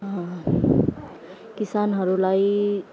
किसानहरूलाई